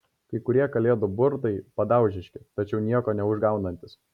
kai kurie kalėdų burtai padaužiški tačiau nieko neužgaunantys